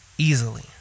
Easily